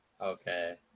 Okay